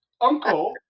uncle